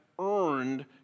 earned